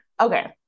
Okay